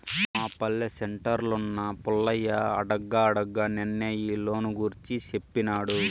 మా పల్లె సెంటర్లున్న పుల్లయ్య అడగ్గా అడగ్గా నిన్నే ఈ లోను గూర్చి సేప్పినాడు